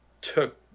took